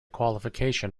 qualification